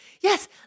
Yes